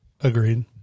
Agreed